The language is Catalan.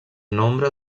nombre